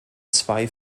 zwei